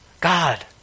God